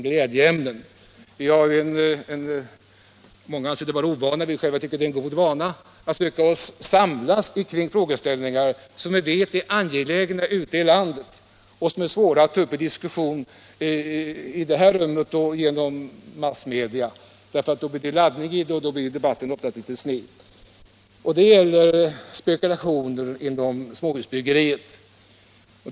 Vi söker - många anser att det är en ovana, men vi tycker att det är en god vana — samla oss kring frågeställningar som vi vet är angelägna ute i landet och som är svåra att ta upp till diskussion här och i massmedia, eftersom debatten då ofta blir litet sned. Det gäller nu spekulationen i småhusbyggande.